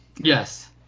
yes